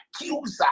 accuser